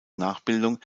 nachbildung